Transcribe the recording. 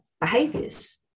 behaviors